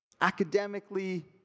academically